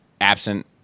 absent